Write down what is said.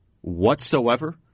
whatsoever